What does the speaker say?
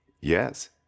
Yes